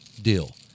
deal